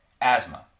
Asthma